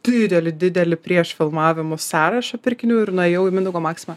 didelį didelį prieš filmavimus sąrašą pirkinių ir nuėjau į mindaugo maksimą